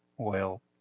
oil